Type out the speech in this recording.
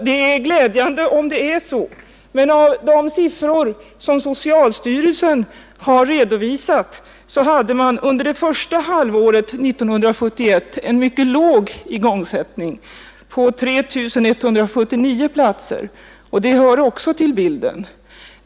Det är glädjande om det är så. Men av de siffror som socialstyrelsen redovisat framgår att man under det första halvåret 1971 hade en mycket låg igångsättning — 3 179 platser. Det hör också till bilden.